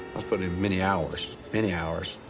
but in many hours, many hours,